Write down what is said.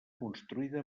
construïda